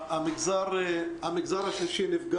המגזר השלישי משחק תפקיד משמעותי מאוד